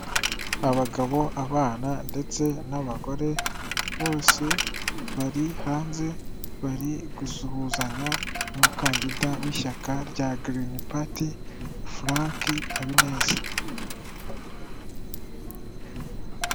Abagabo, abana ndetse n'abagore bose bari hanze, bari gusuhuzanya n'umukandida w'ishyaka rya green party Frank HABINEZA.